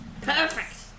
Perfect